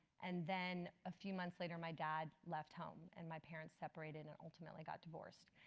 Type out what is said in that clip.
and then a few months later my dad left home and my parents separated and ultimately got divorced.